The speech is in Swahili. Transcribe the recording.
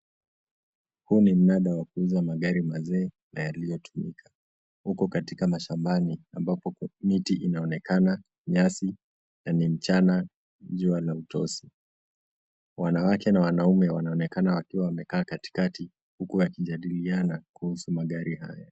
Huu ni mnada wa kuuza magari mazee na yaliyotumika huko katika mashambani ambako miti inaonekana ,nyasi na ni mchana jua la utosi. Wanawake na wanaume wanaonekana wakiwa wamekaa katikati huku wakijadiliana kuhusu magri haya.